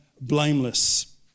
blameless